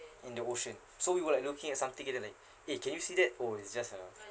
in the ocean so we were like looking at something and then like eh can you see that oh it's just a